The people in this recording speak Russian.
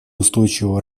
устойчивого